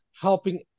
helping